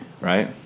Right